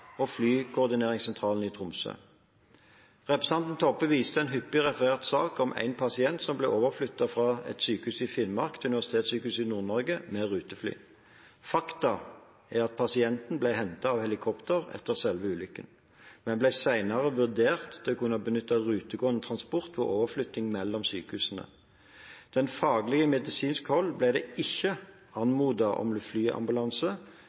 flykoordineringssentralen i Tromsø. Representanten Toppe viste til en hyppig referert sak om en pasient som ble overflyttet fra et sykehus i Finnmark til Universitetssykehuset Nord-Norge med rutefly. Faktum er at pasienten ble hentet av helikopter etter selve ulykken, men ble senere vurdert til å kunne benytte rutegående transport ved overflytting mellom sykehusene. Fra faglig medisinsk hold ble det ikke anmodet om flyambulanse,